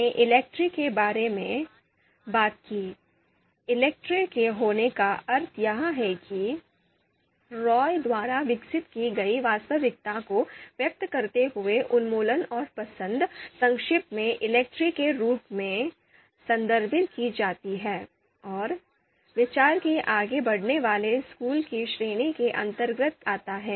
हमने ELECTRE के बारे में बात की ELECTRE के होने का अर्थ यह है कि रॉय द्वारा विकसित की गई वास्तविकता को व्यक्त करते हुए उन्मूलन और पसंद संक्षेप में ELECTRE के रूप में संदर्भित की जाती है और विचार के आगे बढ़ने वाले स्कूल की श्रेणी के अंतर्गत आता है